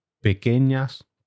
pequeñas